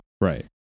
Right